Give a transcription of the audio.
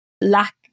lack